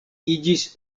iĝis